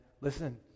listen